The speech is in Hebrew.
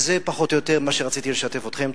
זה, פחות או יותר, מה שרציתי לשתף אתכם.